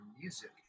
music